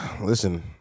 Listen